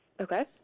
Okay